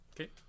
Okay